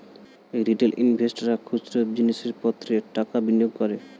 retail ইনভেস্টর্সরা খুচরো জিনিস পত্রে টাকা বিনিয়োগ করে